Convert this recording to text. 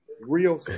real